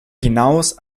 hinaus